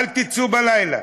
אל תצאו בלילה.